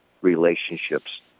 relationships